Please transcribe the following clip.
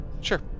Sure